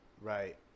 right